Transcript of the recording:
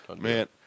Man